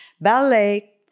ballet